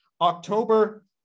October